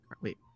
wait